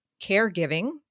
caregiving